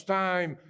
time